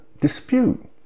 dispute